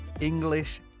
English